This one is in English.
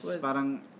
parang